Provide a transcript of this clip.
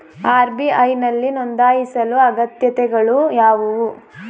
RBI ನಲ್ಲಿ ನೊಂದಾಯಿಸಲು ಅಗತ್ಯತೆಗಳು ಯಾವುವು?